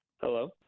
Hello